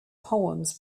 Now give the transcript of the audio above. poems